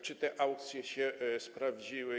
Czy te aukcje się sprawdziły?